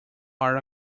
are